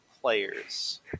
players